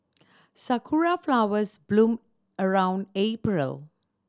sakura flowers bloom around April